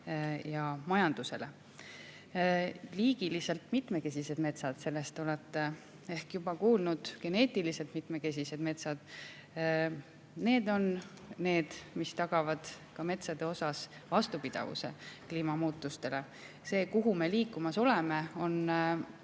ja majandusele. Liigiliselt mitmekesised metsad – nendest olete ehk juba kuulnud –, geneetiliselt mitmekesised metsad on need, mis tagavad ka metsade vastupidavuse kliimamuutustele. See, kuhu me liikumas oleme, on